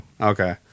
Okay